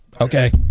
Okay